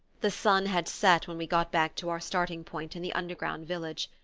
the sun had set when we got back to our starting-point in the underground village.